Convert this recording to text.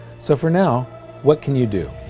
so for now what can you do?